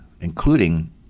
including